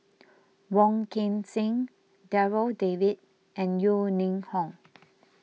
Wong Kan Seng Darryl David and Yeo Ning Hong